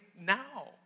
now